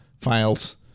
files